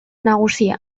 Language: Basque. nagusia